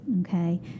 okay